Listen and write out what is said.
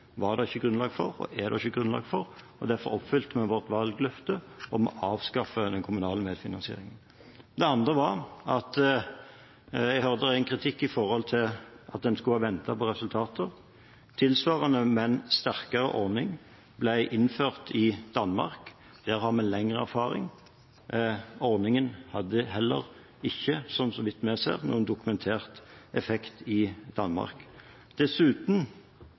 var det ikke, og er det ikke, grunnlag for, og derfor oppfylte vi vårt valgløfte om å avskaffe den kommunale medfinansieringen. Det andre var at jeg hørte kritikk om at en skulle ha ventet på resultater. En tilsvarende, men sterkere ordning ble innført i Danmark, der har de lengre erfaring, og ordningen hadde heller ikke, så vidt vi ser, noe dokumentert effekt i Danmark. Dessuten